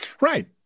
right